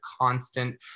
constant